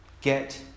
Get